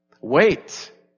Wait